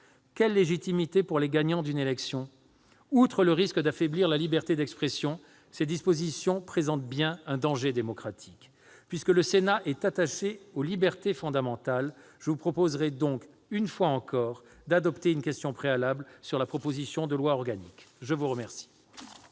Quelle légitimité pour les gagnants d'une élection ? Outre le risque d'affaiblir la liberté d'expression, ces dispositions présentent bien un danger démocratique. Mes chers collègues, puisque le Sénat est attaché aux libertés fondamentales, je vous proposerai, une fois encore, d'adopter une motion tendant à opposer la question préalable sur la proposition de loi organique. Nous passons